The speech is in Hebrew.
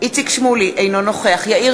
היא-היא